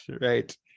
right